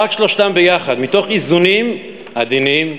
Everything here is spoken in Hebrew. רק שלושתם ביחד, מתוך איזונים עדינים,